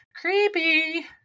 Creepy